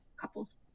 couples